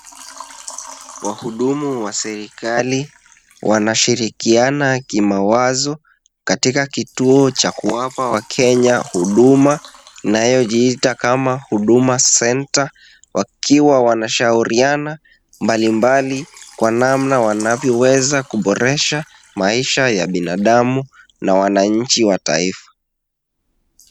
Wahudumu wa serikali wanashirikiana kimawazo, katika kituo cha kuwapa wakenya huduma, inayojiita kama huduma center , wakiwa wanashauriana mbalimbali kwa namna wanavyoweza kuboresha maisha ya binadamu na wananchi wa taifa.